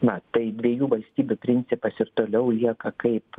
na tai dviejų valstybių principas ir toliau lieka kaip